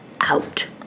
out